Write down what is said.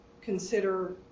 Consider